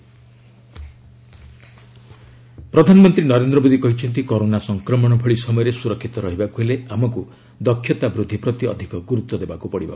world youth skill day ପ୍ରଧାନମନ୍ତ୍ରୀ ନରେନ୍ଦ୍ର ମୋଦୀ କହିଛନ୍ତି corona ସଂକ୍ରମଣ ଭଳି ସମୟରେ ସୁରକ୍ଷିତ ରହିବାକୁ ହେଲେ ଆମକୁ ଦକ୍ଷତା ବୃଦ୍ଧି ପ୍ରତି ଅଧିକ ଗୁରୁତ୍ୱ ଦେବାକୁ ହେବ